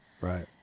Right